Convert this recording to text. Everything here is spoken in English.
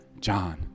John